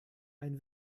ein